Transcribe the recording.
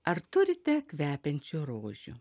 ar turite kvepiančių rožių